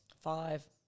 five